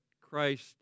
Christ